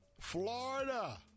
florida